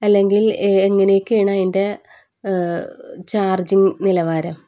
അല്ലെങ്കിൽ എങ്ങനെയൊക്കെയാണ് അതിൻ്റെ ചാർജിങ്ങ് നിലവാരം